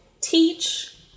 teach